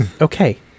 okay